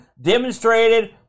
demonstrated